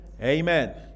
Amen